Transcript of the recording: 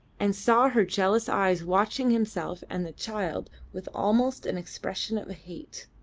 and saw her jealous eyes watching himself and the child with almost an expression of hate.